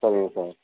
சரிங்க சார்